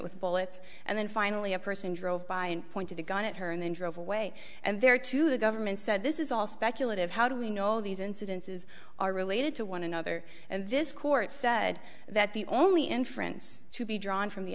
with bullets and then finally a person drove by and pointed a gun at her and then drove away and there too the government said this is all speculative how do we know these incidences are related to one another and this court said that the only inference to be drawn from the